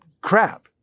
crap